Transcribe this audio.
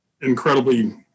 incredibly